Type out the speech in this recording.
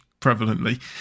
prevalently